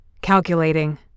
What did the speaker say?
Calculating